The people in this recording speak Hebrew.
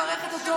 זה מקומם.